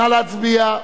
נא להצביע,